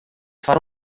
foar